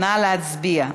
להצביע.